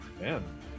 man